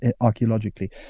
archaeologically